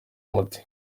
umuti